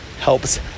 helps